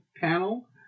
panel